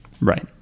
Right